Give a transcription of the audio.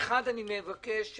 ראשית, אני מבקש לדעת,